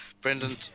Brendan